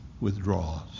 withdraws